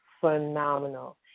phenomenal